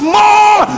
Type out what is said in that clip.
more